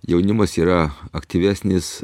jaunimas yra aktyvesnis